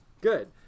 good